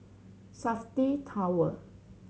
Safti Tower